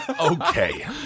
Okay